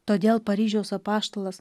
todėl paryžiaus apaštalas